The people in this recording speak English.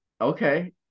Okay